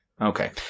Okay